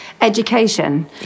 education